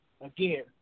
Again